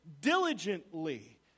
diligently